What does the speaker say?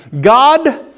God